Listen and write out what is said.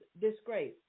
disgrace